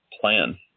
plan